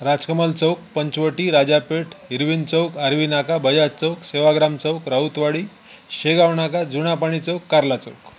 राजकमल चौक पंचवटी राजापेठ हिरवींद चौक आर्वीनाका बजाज चौक सेवाग्राम चौक राऊतवाडी शेगावनाका जुनापाणी चौक कारला चौक